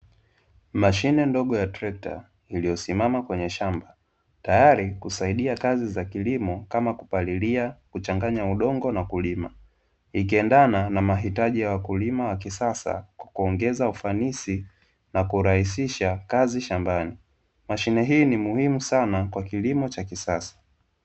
Mashine ndogo ya trekta iliyosimama kwenye shamba, tayari kusaidia kazi za kilimo kama, kupalilia kuchanganya udongo, na kulima, ikiendana na wakulima wa kisasa kwa kuongeza ufanisi na kurahisisha kazi shambani. Mashine hii ni muhimu sana kwa kilimo cha kisasa.